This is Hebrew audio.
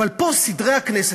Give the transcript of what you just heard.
אבל פה סדרי הכנסת,